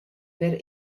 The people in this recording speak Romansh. per